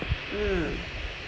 mm